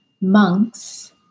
monks